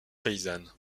paysanne